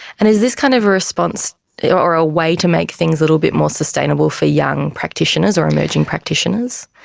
and is this kind of response or a way to make things a little bit more sustainable for young practitioners or emerging practitioners?